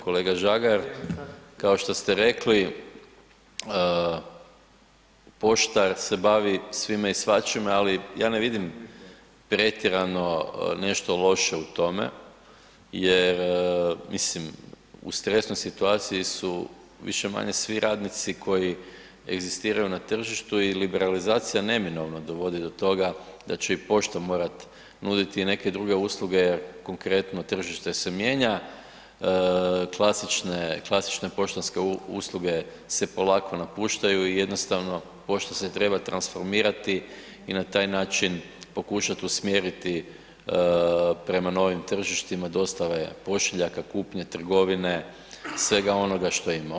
Kolega Žagar kao što ste rekli, pošta se bavi svime i svačime, ali ja ne vidim pretjerano nešto loše u tome jer mislim u stresnoj situaciji su više-manje svi radnici koji egzistiraju na tržištu i liberalizacija neminovno dovodi do toga da će i pošta morati nuditi neke druge usluge jer konkretno tržište se mijenja, klasične, klasične poštanske usluge se polako napuštaju i jednostavno pošta se treba transformirati i na taj način pokušati usmjeriti prema novim tržištima, dostava je pošiljaka, kupnja trgovine svega onoga što ima.